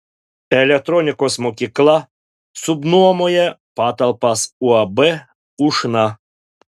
elektronikos mokykla subnuomoja patalpas uab ušna